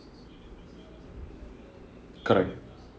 correct